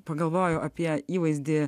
pagalvojo apie įvaizdį